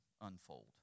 unfold